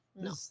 No